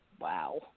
Wow